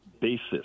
basis